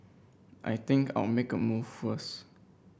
I think I'll make a move first